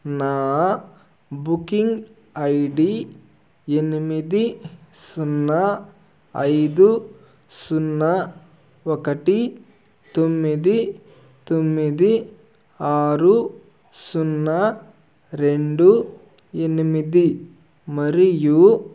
నా booking I D ఎనిమిది సున్నా ఐదు సున్నా ఒకటి తొమ్మిది తొమ్మిది ఆరు సున్నా రెండు ఎనిమిది మరియు